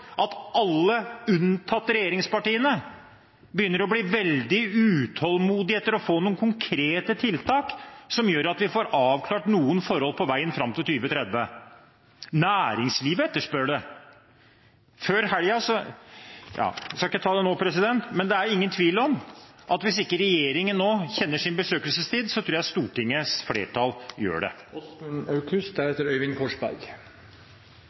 at alle, unntatt regjeringspartiene, begynner å bli veldig utålmodige etter å få noen konkrete tiltak som gjør at vi får avklart noen forhold på veien fram til 2030. Næringslivet etterspør det. Det er ingen tvil om at hvis ikke regjeringen nå kjenner sin besøkelsestid, tror jeg Stortingets flertall gjør det.